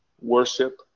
Worship